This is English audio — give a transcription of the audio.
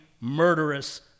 murderous